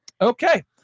Okay